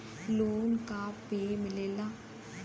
Loan का का पे मिलेला?